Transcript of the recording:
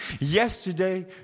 yesterday